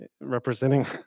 representing